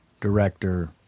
director